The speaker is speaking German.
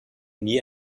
nie